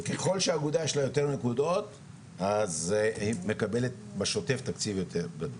וככל שלאגודה יש יותר נקודות היא מקבלת בשוטף תקציב יותר גדול.